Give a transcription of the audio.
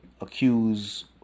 accuse